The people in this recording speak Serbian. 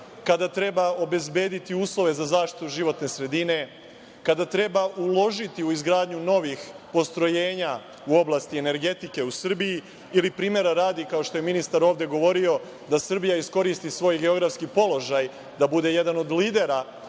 kada treba obezbediti uslove za zaštitu životne sredine, kada treba uložiti u izgradnju novih postrojenja u oblasti energetike u Srbiji ili, primera radi, kao što je ministar ovde govorio, da Srbija iskoristi svoj geografski položaj i da bude jedan od lidera